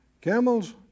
camels